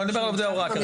אני מדבר על עובדי הוראה.